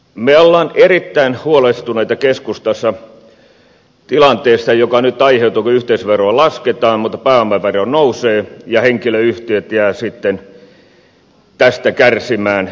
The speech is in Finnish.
me olemme erittäin huolestuneita keskustassa tilanteesta joka nyt aiheutuu kun yhteisöveroa lasketaan mutta pääomavero nousee ja henkilöyhtiöt jäävät tästä kärsimään